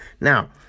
Now